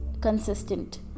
consistent